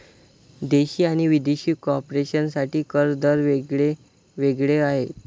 देशी आणि विदेशी कॉर्पोरेशन साठी कर दर वेग वेगळे आहेत